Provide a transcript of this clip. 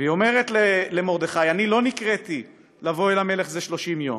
והיא אומרת למרדכי: "ואני לא נקראתי לבוא אל המלך זה שלושים יום".